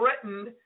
threatened